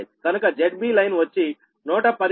కనుక ZB Line వచ్చి115230అనగా 440 Ω